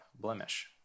blemish